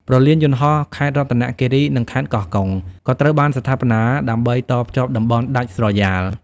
ព្រលានយន្តហោះខេត្តរតនគិរី និងខេត្តកោះកុង ក៏ត្រូវបានស្ថាបនាដើម្បីតភ្ជាប់តំបន់ដាច់ស្រយាល។